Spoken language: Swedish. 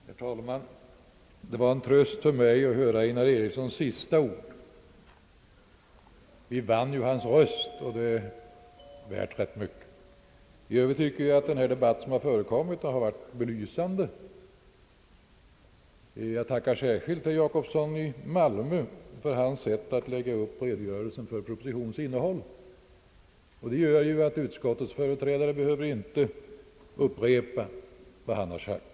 Herr talman! Det var en tröst för mig att höra herr Einar Erikssons sista ord. Vi vann ju hans röst, och det är värt rätt mycket. I övrigt tycker jag att den debatt som förekommit har varit belysande. Jag tackar särskilt herr Jacobsson i Malmö för det sätt på vilket han lade upp redogörelsen för propositionens innehåll; det medför att utskottets företrädare inte behöver göra det och därmed upprepa vad han har sagt.